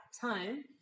time